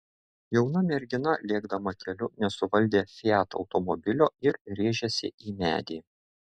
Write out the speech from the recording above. jauna mergina lėkdama keliu nesuvaldė fiat automobilio ir rėžėsi į medį